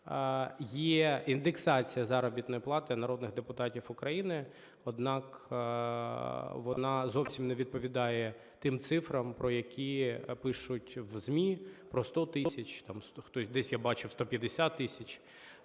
Є індексація заробітної плати народних депутатів України, однак вона зовсім не відповідає тим цифрам, про які пишуть в ЗМІ, про 100 тисяч, десь я бачив 150 тисяч.